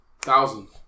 Thousands